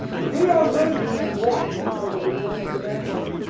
we are waiting and watching for the return of the master,